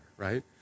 right